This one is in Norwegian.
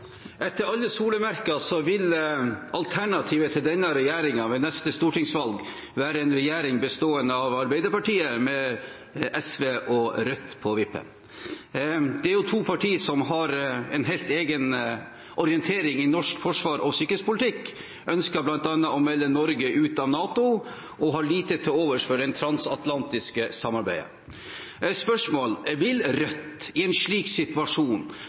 Etter alle solemerker vil alternativet til denne regjeringen ved neste stortingsvalg være en regjering bestående av Arbeiderpartiet, med SV og Rødt på vippen. Det er to partier som har en helt egen orientering i norsk forsvars- og sikkerhetspolitikk. De ønsker bl.a. å melde Norge ut av NATO og har lite til overs for det transatlantiske samarbeidet. Spørsmålet er: Vil Rødt i en slik situasjon